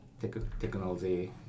technology